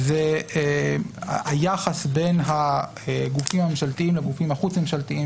זה היחס בין הגופים הממשלתיים לגוף החוץ ממשלתיים